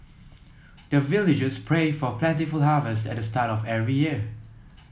the villagers pray for plentiful harvest at the start of every year